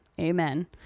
amen